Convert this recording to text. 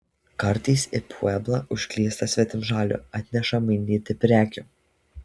kartais į pueblą užklysta svetimšalių atneša mainyti prekių